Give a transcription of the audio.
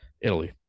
Italy